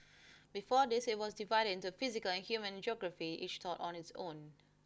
before this it was divided into physical and human geography each taught on its own